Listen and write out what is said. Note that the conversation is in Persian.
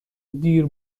دیر